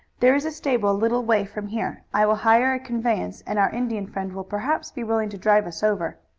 there is a stable a little way from here i will hire a conveyance and our indian friend will perhaps be willing to drive us over.